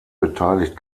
beteiligt